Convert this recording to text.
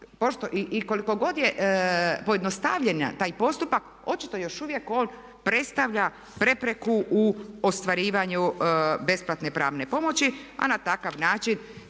i koliko god je pojednostavljen taj postupak očito još uvijek on predstavlja prepreku u ostvarivanju besplatne pravne pomoći. A na takav način